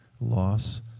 loss